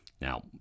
Now